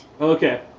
Okay